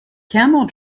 camel